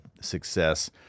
success